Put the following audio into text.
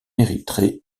érythrée